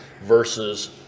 versus